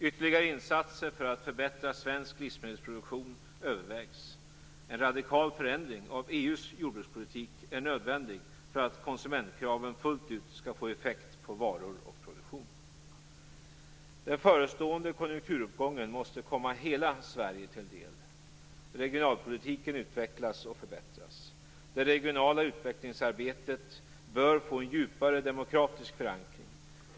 Ytterligare insatser för att förbättra svensk livsmedelsproduktion övervägs. En radikal förändring av EU:s jordbrukspolitik är nödvändig för att konsumentkraven fullt ut skall få effekt på varor och produktion. Den förestående konjunkturuppgången måste komma hela Sverige till del. Regionalpolitiken utvecklas och förbättras. Det regionala utvecklingsarbetet bör få en djupare demokratisk förankring.